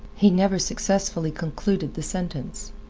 he never successfully concluded the sentence.